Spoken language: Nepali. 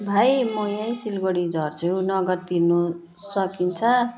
भाइ म यहीँ सिलगढी झर्छु नगद तिर्नुसकिन्छ